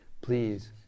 please